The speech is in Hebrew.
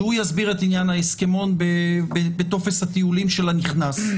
שהוא יסביר את עניין ההסכמון בטופס הטיולים של הנכנס,